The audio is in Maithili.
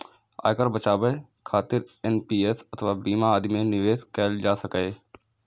आयकर बचाबै खातिर एन.पी.एस अथवा बीमा आदि मे निवेश कैल जा सकैए